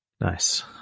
Nice